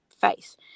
face